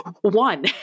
One